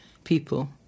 people